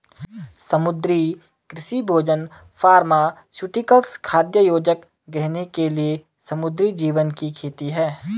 समुद्री कृषि भोजन फार्मास्यूटिकल्स, खाद्य योजक, गहने के लिए समुद्री जीवों की खेती है